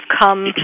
come